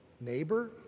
neighbor